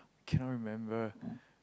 cannot remember